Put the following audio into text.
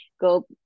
go